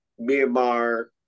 Myanmar